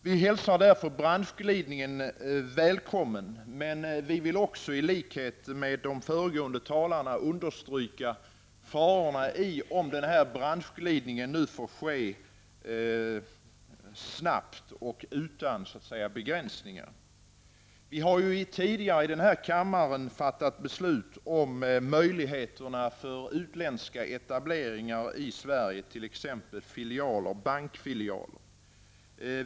Vi hälsar därför branschglidningen välkommen, men jag vill i likhet med de föregående talarna understryka farorna med att den här branschglidningen får ske snabbt och utan begränsningar. Vi har tidigare i denna kammare fattat beslut om möjligheterna för utländska etableringar i Sverige, t.ex. bankfilialer.